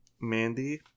Mandy